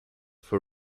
for